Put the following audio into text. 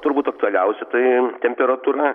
turbūt aktualiausia tai temperatūra